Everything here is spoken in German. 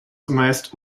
zumeist